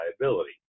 liability